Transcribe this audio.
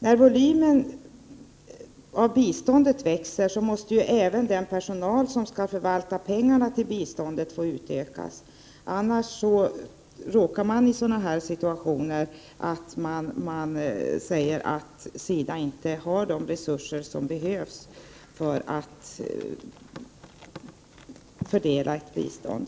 När volymen av biståndet växer måste även den personal som skall förvalta pengarna till biståndet få ökas; annars råkar man in i sådana situationer att SIDA inte har de resurser som behövs för att fördela ett bistånd.